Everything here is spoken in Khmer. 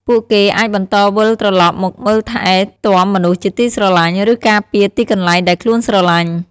ពួកគេអាចបន្តវិលត្រឡប់មកមើលថែទាំមនុស្សជាទីស្រឡាញ់ ឬការពារទីកន្លែងដែលខ្លួនស្រឡាញ់។